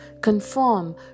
conform